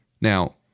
Now